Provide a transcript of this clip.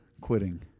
quitting